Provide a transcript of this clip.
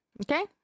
Okay